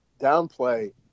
downplay